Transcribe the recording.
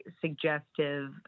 suggestive